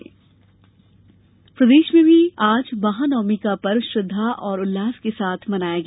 महानवमी प्रदेश में भी आज महानवमी का पर्व श्रद्धा और उल्लास के साथ मनाया गया